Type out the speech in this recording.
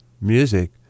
music